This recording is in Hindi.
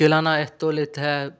किराना स्टौर भी है